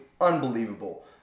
unbelievable